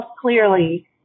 clearly